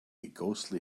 ghostly